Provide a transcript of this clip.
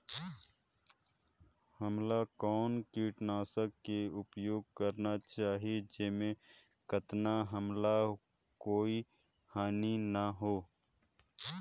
हमला कौन किटनाशक के उपयोग करन चाही जिसे कतना हमला कोई हानि न हो?